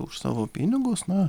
už savo pinigus na